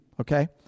okay